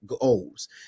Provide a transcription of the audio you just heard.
goes